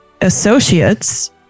associates